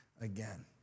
again